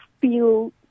feel